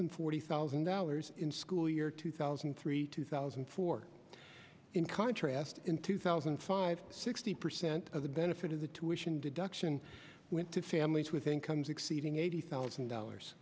than forty thousand dollars in school year two thousand and three two thousand and four in contrast in two thousand and five sixty percent of the benefit of the tuitions deduction went to families with incomes exceeding eighty thousand dollars